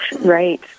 Right